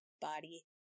body